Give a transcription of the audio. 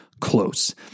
close